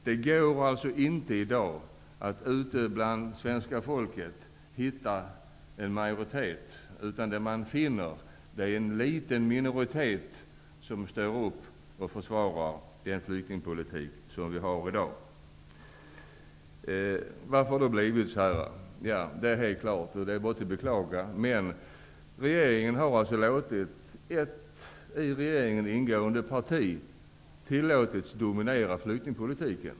Det går alltså inte att finna en majoritet bland svenska folket som står upp för den flyktingpolitik som förs i dag, utan det är en liten minoritet som försvarar den. Varför har det blivit så här? Svaret är helt klart, och det är att beklaga. Ett i regeringen ingående parti har tillåtits dominera flyktingpolitiken.